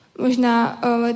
Možná